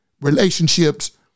relationships